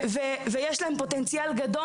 ויש להם פוטנציאל גדול,